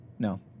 No